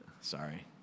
Sorry